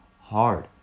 hard